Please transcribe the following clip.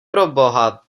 proboha